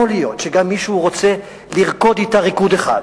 יכול להיות שגם מישהו רוצה לרקוד אתה ריקוד אחד